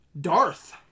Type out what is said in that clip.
Darth